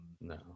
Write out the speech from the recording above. no